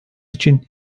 için